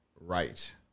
Right